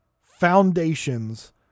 foundations